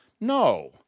No